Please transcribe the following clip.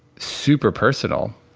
super personal.